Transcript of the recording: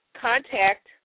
contact